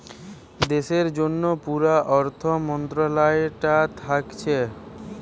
দেশের জন্যে পুরা অর্থ মন্ত্রালয়টা থাকছে